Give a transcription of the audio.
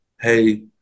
hey